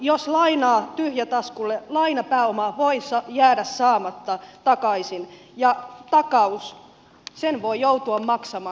jos lainaa tyhjätaskulle lainapääoma voi jäädä saamatta takaisin ja takauksen voi joutua maksamaan